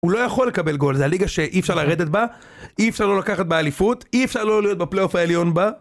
הוא לא יכול לקבל גול, זו הליגה שאי אפשר לרדת בה, אי אפשר לא לקחת באליפות, אי אפשר לא להיות בפלייאוף העליון בה.